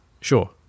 sure